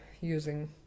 using